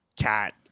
cat